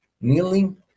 kneeling